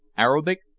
arabic,